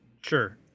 Sure